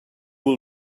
will